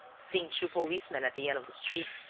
seeing two policemen at the end of the street,